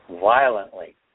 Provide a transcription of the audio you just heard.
violently